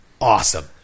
awesome